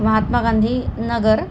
Mahatma Gandhi Nagar